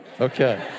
Okay